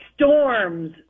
storms